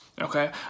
Okay